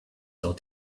sell